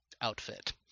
outfit